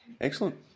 Excellent